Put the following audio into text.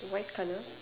white colour